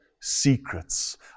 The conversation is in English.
secrets